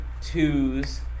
twos